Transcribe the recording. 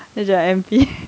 that's your M_P